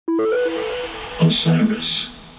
osiris